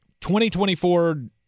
2024